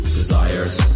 desires